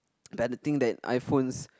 but the thing that iPhones